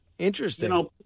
interesting